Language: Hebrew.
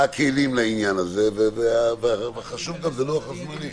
מה הכלים לעניין הזה וחשוב גם לוח-הזמנים.